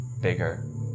bigger